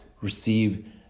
receive